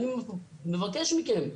אני מבקש מכם,